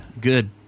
Good